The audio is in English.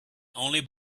only